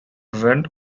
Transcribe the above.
went